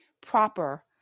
proper